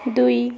ଦୁଇ